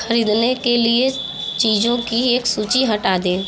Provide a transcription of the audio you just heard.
खरीदने के लिए चीज़ों की एक सूची हटा दें